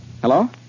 Hello